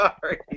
sorry